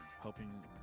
Helping